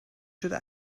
should